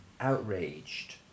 outraged